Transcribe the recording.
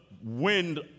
Wind